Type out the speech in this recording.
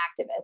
activist